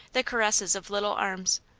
the caresses of little arms.